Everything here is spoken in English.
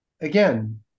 again